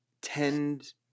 tend